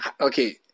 Okay